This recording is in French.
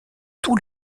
tous